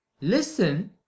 Listen